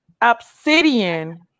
Obsidian